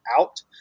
out